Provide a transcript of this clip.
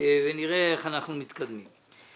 ונראה איך אנחנו מתקדמים.